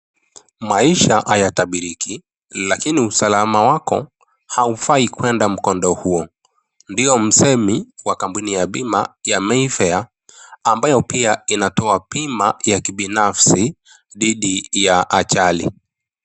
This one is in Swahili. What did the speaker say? "Maisha hayatabiriki, lakini usalama wako, haufai kwenda mkondo huo",ndio msemi wa kampuni ya bima, ya Mayfair ambayo pia, inatoa bima ya kibinafsi dhidhi ya ajali.